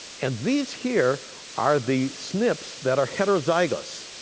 and these here are the snps that are heterozygous.